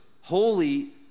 Holy